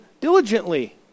diligently